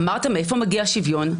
אמרת מאיפה מגיע שוויון,